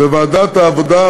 בוועדת העבודה,